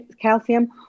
calcium